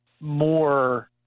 more